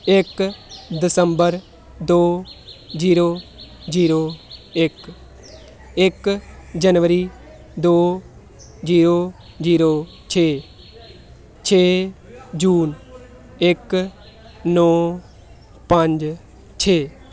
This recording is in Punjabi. ਇੱਕ ਦਸੰਬਰ ਦੋ ਜੀਰੋ ਜੀਰੋ ਇੱਕ ਇੱਕ ਜਨਵਰੀ ਦੋ ਜੀਰੋ ਜੀਰੋ ਛੇ ਛੇ ਜੂਨ ਇੱਕ ਨੌਂ ਪੰਜ ਛੇ